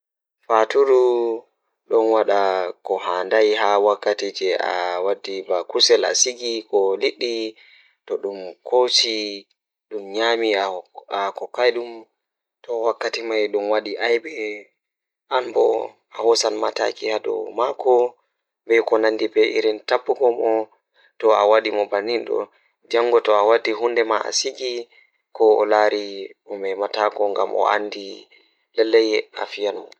Ko ngal waɗi haɗiiɗe ɓurɗo doole ngal ngonaaɓe so makko waɗi ngonaa e nder balɗe leydi aduna. Ko ɗum waɗani ngam hakkilgol cuɗii aduna, waɗduɗe no feewi e firdude leɗɗe e mum. Internet ngal waɗi kammuuji jogoriɗi hayru ngal ngam waɗde ngonaa e heɓde fayde e rewbhe e keewal leydi aduna